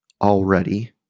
already